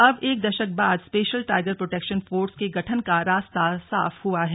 अब एक दशक बाद स्पेशल टाइगर प्रोटेक्शन फोर्स के गठन का रास्ता साफ हुआ है